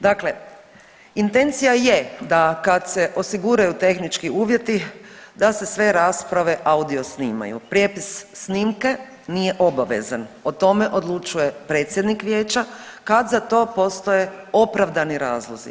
Dakle, intencija je da kad se osiguraju tehnički uvjeti da se sve rasprave audio snimaju, prijepis snimke nije obavezan o tome odlučuje predsjednik vijeća kad za to postoje opravdani razlozi.